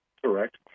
Correct